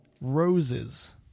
Roses